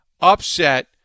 upset